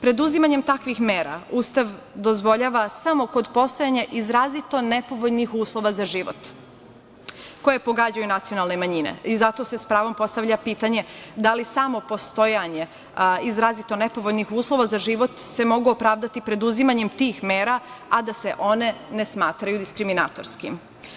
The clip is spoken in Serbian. Preduzimanje takvih mera Ustav dozvoljava samo kod postojanja izrazito nepovoljnih uslova za život koje pogađaju i nacionalne manjine i zato se s pravom postavlja pitanje – da li samo postojanjem izrazito nepovoljnih uslova za život se mogu opravdati preduzimanje tih mera, a da se one ne smatraju diskriminatorskim?